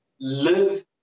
live